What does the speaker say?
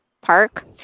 Park